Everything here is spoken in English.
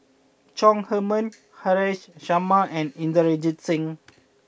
Chong Heman Haresh Sharma and Inderjit Singh